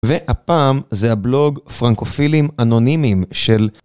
והפעם זה הבלוג פרנקופילים אנונימיים של...